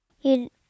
You